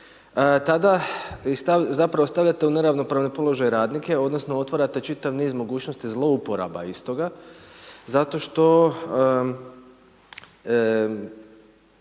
Tada vi zapravo stavljate u neravnopravni položaj radnike odnosno otvarate čitav niz mogućnosti zlouporaba iz toga zato što